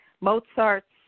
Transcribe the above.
Mozart's